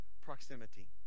proximity